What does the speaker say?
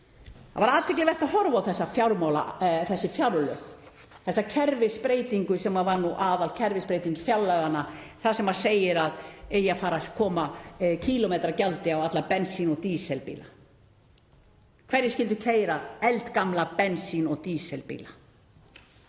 Það var athyglisvert að horfa á þessi fjárlög, þessa kerfisbreytingu sem var nú aðalkerfisbreyting fjárlaganna þar sem segir að eigi að fara að koma kílómetragjaldi á alla bensín- og dísilbíla. Hverjir skyldu keyra eldgamla bensín- og dísilbíla?